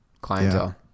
clientele